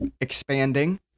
expanding